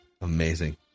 Amazing